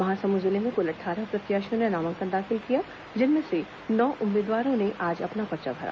महासमुंद जिले में कुल अट्ठारह प्रत्याशियों ने नामांकन दाखिल किया जिनमें से नौ उम्मीदवारों ने आज अपना पर्चा भरा